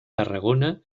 tarragona